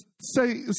Say